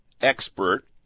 expert